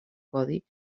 codi